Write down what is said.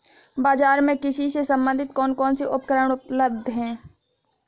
बाजार में कृषि से संबंधित कौन कौन से उपकरण उपलब्ध है?